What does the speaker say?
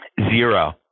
Zero